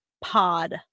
pod